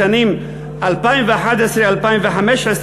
לשנים 2011 2015,